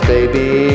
Baby